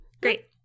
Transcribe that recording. great